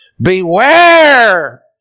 beware